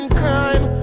crime